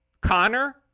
Connor